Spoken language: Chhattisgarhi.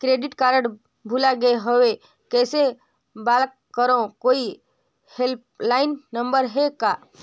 क्रेडिट कारड भुला गे हववं कइसे ब्लाक करव? कोई हेल्पलाइन नंबर हे का?